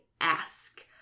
ask